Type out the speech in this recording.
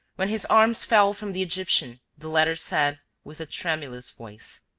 when his arms fell from the egyptian, the latter said, with a tremulous voice,